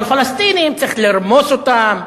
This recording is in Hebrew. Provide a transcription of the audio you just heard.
אבל פלסטינים, צריך לרמוס אותם,